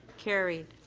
carried.